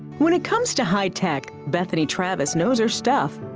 when it comes to high-tech, bethany travis knows her stuff.